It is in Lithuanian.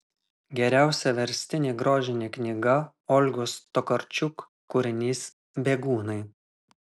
geriausia verstine grožine knyga olgos tokarčuk kūrinys bėgūnai